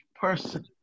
person